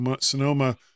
Sonoma